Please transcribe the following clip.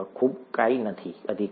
ખૂબ કંઈ નથી અધિકાર